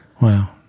Wow